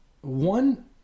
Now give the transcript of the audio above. One